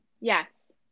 Yes